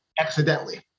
accidentally